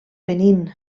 benín